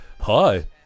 hi